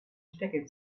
stecker